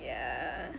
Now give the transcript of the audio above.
ya